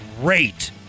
great